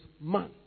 man